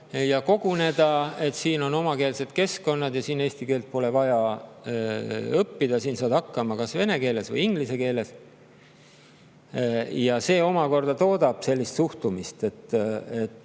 ja koguneda, siin on omakeelsed keskkonnad ja siin eesti keelt pole vaja õppida, saab hakkama kas vene keeles või inglise keeles. See omakorda toodab sellist suhtumist, et